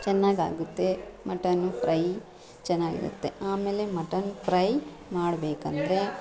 ಚೆನ್ನಾಗಾಗುತ್ತೆ mutton fry ಚೆನ್ನಾಗಿರುತ್ತೆ ಆಮೇಲೆ ಮಟನ್ ಫ್ರೈ ಮಾಡಬೇಕಂದ್ರೆ